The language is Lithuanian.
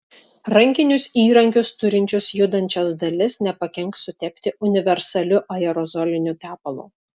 rankinius įrankius turinčius judančias dalis nepakenks sutepti universaliu aerozoliniu tepalu